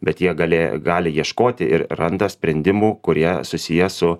bet jie gali gali ieškoti ir randa sprendimų kurie susiję su